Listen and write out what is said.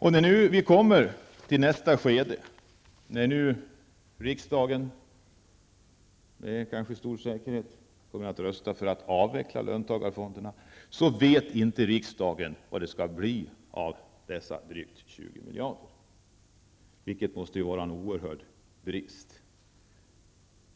När vi nu kommer till nästa skede, då riksdagen med stor säkerhet kommer att rösta för att avveckla löntagarfonderna, vet inte riksdagen vad det skall bli av dessa drygt 20 miljarder kronor, vilket måste vara en oerhörd brist